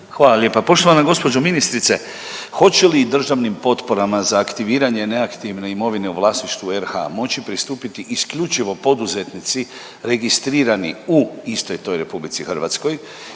Hvala lijepa. Poštovana gospođo ministrice, hoće li državnim potporama za aktiviranje neaktivne imovine u vlasništvu RH, moći pristupiti isključivo poduzetnici registrirani u istoj toj RH ili će tim